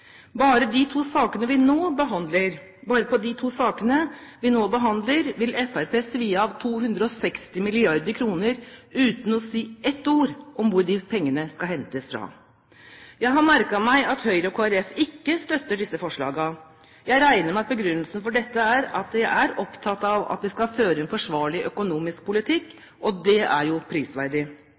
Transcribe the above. Bare i de to sakene vi nå behandler, vil Fremskrittspartiet svi av 260 mrd. kr uten å si ett ord om hvor pengene skal hentes fra. Jeg har merket meg at Høyre og Kristelig Folkeparti ikke støtter disse forslagene. Jeg regner med at begrunnelsen for dette er at de er opptatt av at vi skal føre en forsvarlig økonomisk politikk – og det er jo prisverdig.